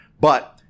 but-